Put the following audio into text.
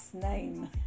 name